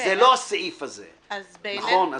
זה לא הסעיף הזה, נכון?